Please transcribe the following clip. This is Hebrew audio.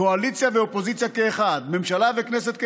קואליציה ואופוזיציה כאחד, ממשלה וכנסת כאחד.